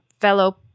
fellow